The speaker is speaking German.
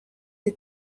sie